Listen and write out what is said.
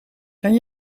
kan